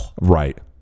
Right